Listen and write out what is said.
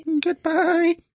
Goodbye